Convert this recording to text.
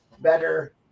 better